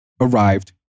arrived